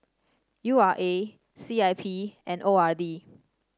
U R A C I P and O R D